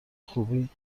خوبی